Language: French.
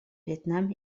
vietnam